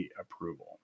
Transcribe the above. approval